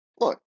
Look